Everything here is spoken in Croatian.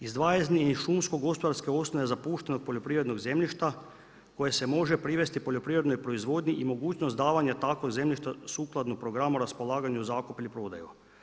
Izdvajanje iz šumsko-gospodarske osnove zapuštenog poljoprivrednog zemljišta koje se može privesti poljoprivrednoj proizvodnji i mogućnost davanja takvog zemljišta sukladno programu raspolaganja o zakupu ili prodaju.